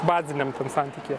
baziniam santykyje